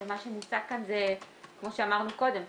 אבל מה שנמצא כאן זה כמו שאמרנו קודם,